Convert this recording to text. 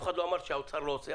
אף אחד לא אומר שהאוצר לא עושה.